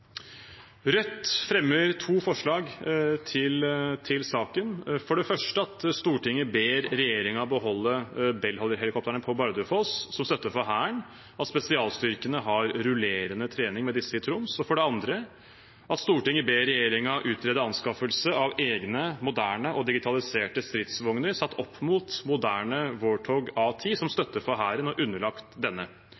Rødt fremmer to forslag til saken, for det første at Stortinget ber regjeringen beholde Bell-helikoptrene på Bardufoss som støtte for Hæren, og at spesialstyrkene har rullerende trening med disse i Troms, og for det andre at Stortinget ber regjeringen utrede anskaffelse av egne moderne og digitaliserte stridsvogner satt opp mot moderne Warthog A-10 som